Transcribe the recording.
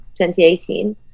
2018